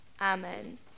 Amen